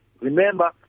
Remember